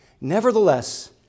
nevertheless